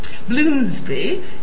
Bloomsbury